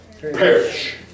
perish